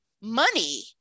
money